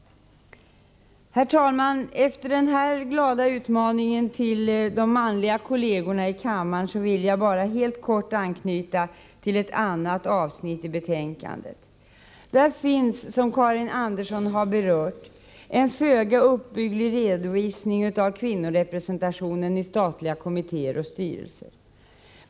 Herr talman! Efter denna glada utmaning till de manliga kollegorna i kammaren vill jag bara helt kort anknyta till ett annat avsnitt i betänkandet. Där finns, som Karin Andersson har berört, en föga uppbygglig redovisning av kvinnorepresentationen i statliga kommittéer och styrelser.